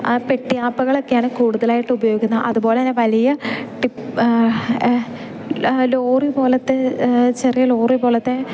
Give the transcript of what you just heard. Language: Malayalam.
ആ പെട്ടിയാപ്പകളൊക്കെയാണ് കൂടുതലായിട്ട് ഉപയോഗിക്കുന്നത് അതുപോലെ തന്നെ വലിയ ടിപ്പ് ലോറി പോലത്തെ ചെറിയ ലോറി പോലത്തെ